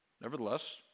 Nevertheless